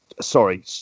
Sorry